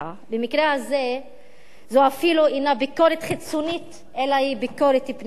במקרה הזה זאת אפילו אינה ביקורת חיצונית אלא ביקורת פנימית